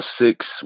six